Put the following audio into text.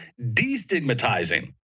destigmatizing